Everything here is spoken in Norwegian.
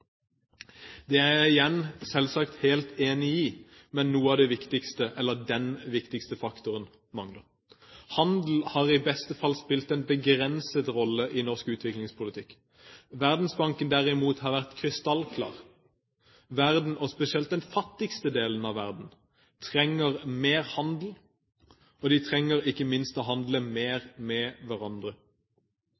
Det er jeg – igjen – selvsagt helt enig i, men den viktigste faktoren mangler. Handel har i beste fall spilt en begrenset rolle i norsk utviklingspolitikk. Verdensbanken, derimot, har vært krystallklar: Verden, og spesielt den fattigste delen av verden, trenger mer handel – og trenger ikke minst å handle mer